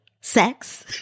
Sex